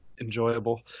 enjoyable